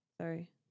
Sorry